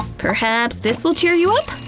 perhaps this will cheer you up!